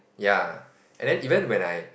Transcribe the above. ya and then even when I